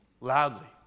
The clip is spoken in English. loudly